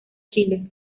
chile